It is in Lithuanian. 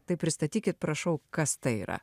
tai pristatykit prašau kas tai yra